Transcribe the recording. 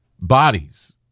bodies